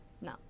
No